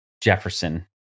Jefferson